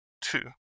Two